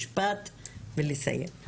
משפט ולסיים.